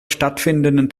stattfindenden